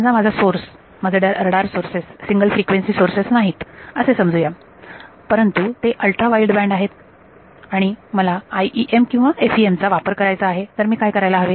समजा माझा सोर्स माझे radar sources single frequency sources नाहीत असे समजू या परंतु ते अल्ट्रा वाईडबँड आहेत आणि मला IEM किंवा FEM चा वापर करायचा आहे तर मी काय करायला हवे